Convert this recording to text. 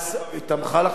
היא תמכה במבצע?